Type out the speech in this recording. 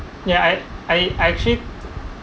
ya I I actually